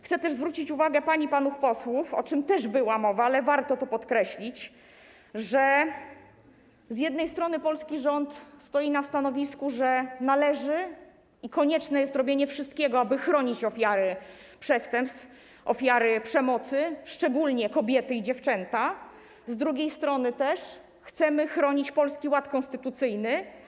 Chcę też zwrócić uwagę pań i panów posłów - o tym też była mowa, ale warto to podkreślić - że z jednej strony polski rząd stoi na stanowisku, że należy i konieczne jest robienie wszystkiego, aby chronić ofiary przestępstw, ofiary przemocy, szczególnie kobiety i dziewczęta, z drugiej strony chcemy też chronić polski ład konstytucyjny.